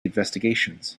investigations